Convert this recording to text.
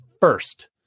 first